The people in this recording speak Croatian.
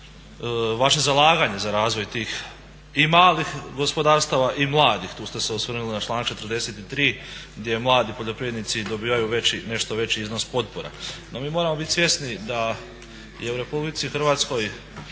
vaše zalaganje za razvoj tih i malih gospodarstava i mladih. Tu ste se osvrnuli na članak 43. gdje mladi poljoprivrednici dobivaju nešto veći iznos potpora. No, mi moramo bit svjesni da je u RH došlo